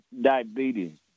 diabetes